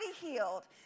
healed